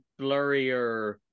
blurrier